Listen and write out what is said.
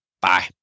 Bye